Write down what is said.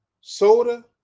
soda